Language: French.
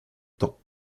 temps